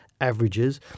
averages –